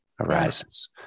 arises